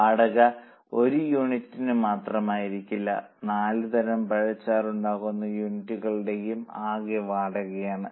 വാടക ഒരു യൂണിറ്റിന് മാത്രമായിരിക്കില്ല നാല് തരം പഴച്ചാർ ഉണ്ടാക്കുന്ന യൂണിറ്റുകളുടെയും ആകെ വാടകയാണിത്